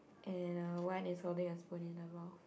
and one is holding a spoon in her mouth